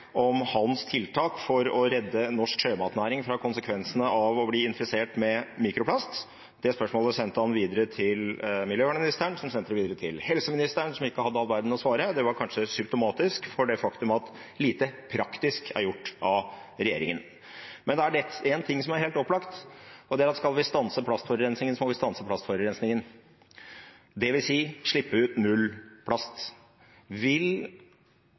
om hans tiltak for å redde norsk sjømatnæring fra konsekvensene av å bli infisert med mikroplast. Det spørsmålet sendte han videre til miljøministeren, som sendte det videre til helseministeren, som ikke hadde all verden å svare. Det var kanskje symptomatisk for det faktum at lite praktisk er gjort av regjeringen. Men én ting er helt opplagt: Skal vi stanse plastforurensningen, må vi stanse plastforurensningen, og det vil si å slippe ut null plast. Vil